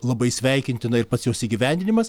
labai sveikintina ir pats jos įgyvendinimas